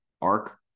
arc